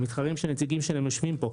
המתחרים שהנציגים שלהם יושבים פה,